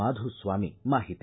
ಮಾಧುಸ್ವಾಮಿ ಮಾಹಿತಿ